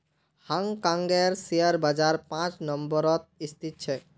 हांग कांगेर शेयर बाजार पांच नम्बरत स्थित छेक